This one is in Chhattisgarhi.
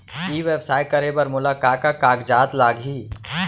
ई व्यवसाय करे बर मोला का का कागजात लागही?